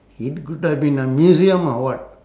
it could have been a museum or what